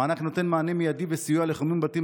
המענק נותן מענה מיידי וסיוע בחימום בתים